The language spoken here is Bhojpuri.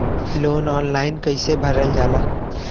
लोन ऑनलाइन कइसे भरल जाला?